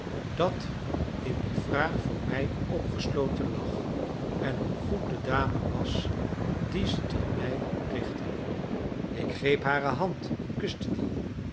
dat in die vraag voor mij opgesloten lag en hoe goed de dame was die ze tot mij richtte ik greep hare hand en kuste die